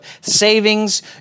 savings